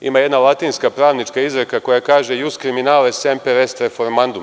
Ima jedna latinska pravnička izreka koja kaže ius criminale sempre est reformandum.